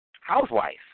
housewife